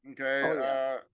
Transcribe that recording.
Okay